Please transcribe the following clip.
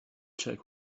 check